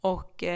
Och